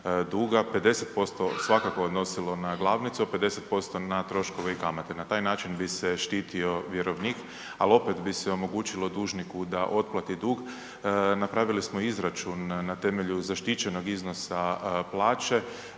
50% svakako odnosilo na glavnicu, a 50% na troškove i kamatu. Na taj način bi se štitio vjerovnik, al opet bi se omogućilo dužniku da otplati dug. Napravili smo izračun na temelju zaštićenog iznos plaće,